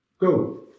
Go